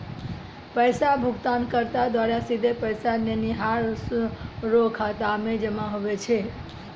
पैसा भुगतानकर्ता द्वारा सीधे पैसा लेनिहार रो खाता मे जमा हुवै छै